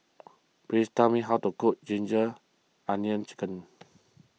please tell me how to cook Ginger Onions Chicken